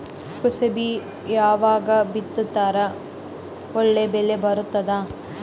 ಕುಸಬಿ ಯಾವಾಗ ಬಿತ್ತಿದರ ಒಳ್ಳೆ ಬೆಲೆ ಬರತದ?